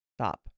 Stop